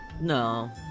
No